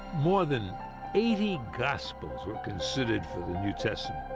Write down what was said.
more than eighty gospels were considered for the new testament,